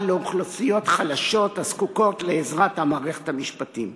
לאוכלוסיות חלשות הזקוקות לעזרת המערכת המשפטית,